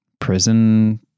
Prison